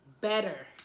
better